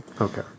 Okay